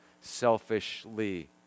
selfishly